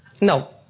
No